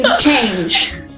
change